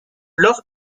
blog